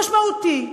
משמעותי,